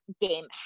game